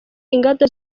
inganda